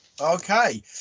Okay